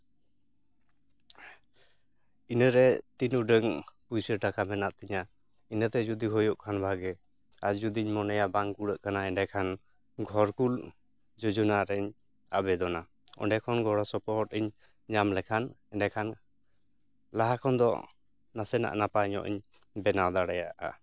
ᱤᱱᱟᱹᱨᱮ ᱛᱤᱱ ᱩᱰᱟᱹᱝ ᱯᱩᱭᱥᱟᱹ ᱴᱟᱠᱟ ᱢᱮᱱᱟᱜ ᱛᱤᱧᱟᱹ ᱤᱱᱟᱹᱛᱮ ᱡᱩᱫᱤ ᱦᱩᱭᱩᱜ ᱠᱷᱟᱱ ᱵᱷᱟᱜᱮ ᱟᱨ ᱡᱩᱫᱤᱧ ᱢᱚᱱᱮᱭᱟ ᱵᱟᱝ ᱠᱩᱲᱟᱹᱜ ᱠᱟᱱᱟ ᱮᱸᱰᱮ ᱠᱷᱟᱱ ᱜᱷᱚᱨ ᱠᱩᱞ ᱡᱳᱡᱳᱱᱟᱨᱮᱧ ᱟᱵᱮᱫᱚᱱᱟ ᱚᱸᱰᱮ ᱠᱷᱚᱱ ᱜᱚᱲᱚ ᱥᱚᱯᱚᱦᱚᱫ ᱤᱧ ᱧᱟᱢ ᱞᱮᱠᱷᱟᱱ ᱮᱸᱰᱮᱠᱷᱟᱱ ᱞᱟᱦᱟ ᱠᱷᱚᱱ ᱫᱚ ᱱᱟᱥᱮᱱᱟᱜ ᱱᱟᱯᱟᱭ ᱧᱚᱜ ᱤᱧ ᱵᱮᱱᱟᱣ ᱫᱟᱲᱮᱭᱟᱜᱼᱟ